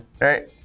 right